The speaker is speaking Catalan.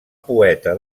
poeta